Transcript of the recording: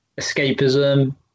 escapism